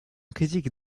critique